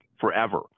forever